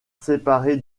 séparé